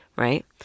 Right